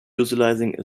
utilizing